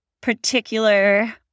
particular